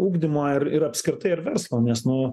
ugdymą ir apskritai ir verslą nes nu